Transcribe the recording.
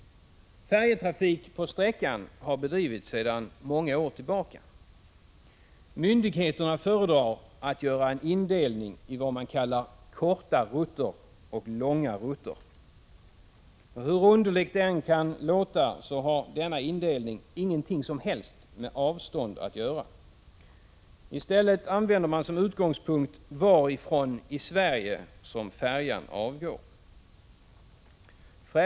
Färjetrafik på sträckan drivs sedan många år tillbaka. Myndigheterna föredrar att göra en indelning i vad man kallar ”korta rutter” och ”långa rutter”. Hur underligt det än kan låta har denna indelning ingenting som helst med avståndet att göra. I stället använder man som utgångspunkt varifrån i Sverige färjan avgår.